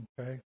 okay